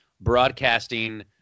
broadcasting